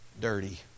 dirty